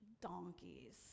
donkeys